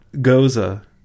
Goza